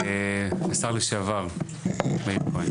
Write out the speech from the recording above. השר לשעבר, מאיר כהן.